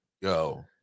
Yo